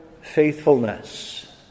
faithfulness